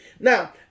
Now